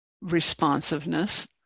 responsiveness